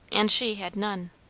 and she had none.